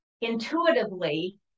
intuitively